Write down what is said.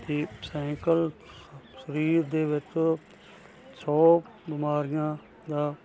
ਅਤੇ ਸੈਂਕਲ ਸਰੀਰ ਦੇ ਵਿੱਚ ਸੌ ਬਿਮਾਰੀਆਂ ਦਾ